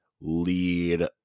lead